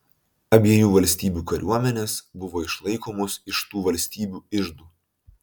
abiejų valstybių kariuomenės buvo išlaikomos iš tų valstybių iždų